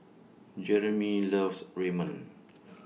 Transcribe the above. Jeremy loves Ramen